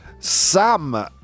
Sam